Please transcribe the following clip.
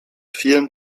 vielen